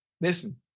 listen